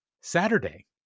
saturday